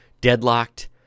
deadlocked